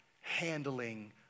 handling